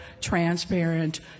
transparent